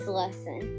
lesson